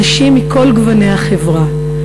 אנשים מכל גוני החברה,